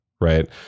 right